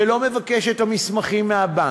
ולא מבקש את המסמכים מהבנק,